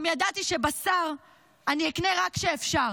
גם ידעתי שבשר אני אקנה רק כשאפשר.